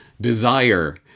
desire